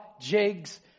jigs